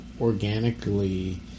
organically